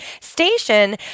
Station